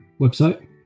website